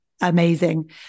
amazing